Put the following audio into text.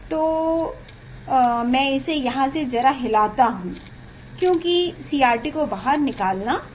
तो मैं इसे यहाँ से जरा हिलाता हूँ क्योकि CRT को बाहर निकालना होगा